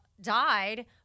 died